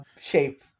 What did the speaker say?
shape